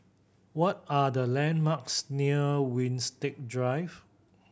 what are the landmarks near Winstedt Drive